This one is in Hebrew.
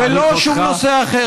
ולא שום נושא אחר,